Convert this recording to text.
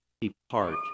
depart